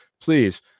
please